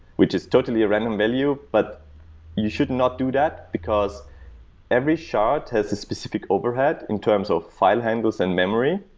which is totally a random value, but you should not do that, because every shard has a specific overhead in terms of file handles and memory.